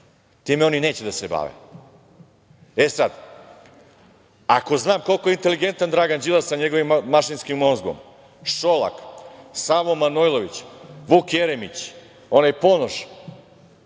time oni neće da se bave.E sada, ako znam koliko je inteligentan Dragan Đilas sa njegovim mašinskim mozgom, Šolak, Savo Manojlović, Vuk Jeremić, onaj Ponoš,